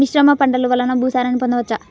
మిశ్రమ పంటలు వలన భూసారాన్ని పొందవచ్చా?